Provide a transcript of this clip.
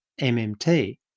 MMT